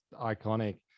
iconic